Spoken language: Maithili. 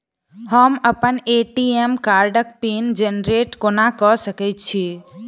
हम अप्पन ए.टी.एम कार्डक पिन जेनरेट कोना कऽ सकैत छी?